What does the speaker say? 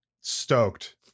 stoked